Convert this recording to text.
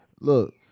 look